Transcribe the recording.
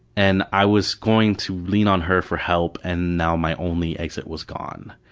and i was going to lean on her for help and now my only exit was gone.